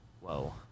Whoa